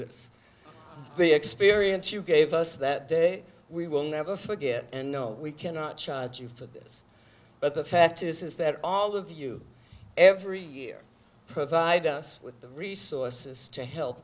this the experience you gave us that day we will never forget and no we cannot charge you for this but the fact is is that all of you every year provide us with the resources to help